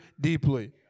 deeply